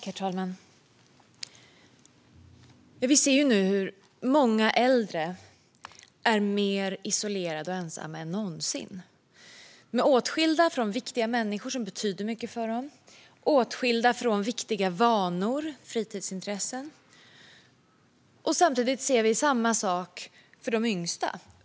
Herr talman! Vi ser nu hur många äldre är mer isolerade och ensamma än någonsin. De är åtskilda från människor som betyder mycket från dem. De är åtskilda från viktiga vanor och fritidsintressen. Samtidigt ser vi samma sak för de yngsta.